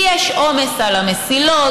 כי יש עומס על המסילות,